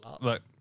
look